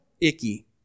icky